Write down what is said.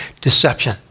Deception